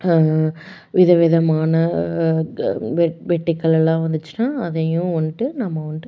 வித விதமான க வெட் வெர்ட்டிகல்லெல்லாம் வந்துச்சுன்னா அதையும் வந்துட்டு நம்ம வந்துட்டு